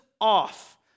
off